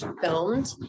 filmed